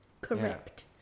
Correct